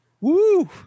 Woo